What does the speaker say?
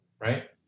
right